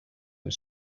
was